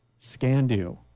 Scandu